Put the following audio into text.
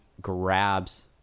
grabs